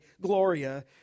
gloria